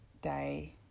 day